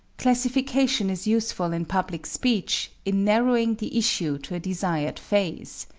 classification is useful in public speech in narrowing the issue to a desired phase.